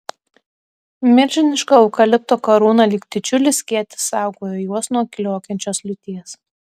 milžiniška eukalipto karūna lyg didžiulis skėtis saugojo juos nuo kliokiančios liūties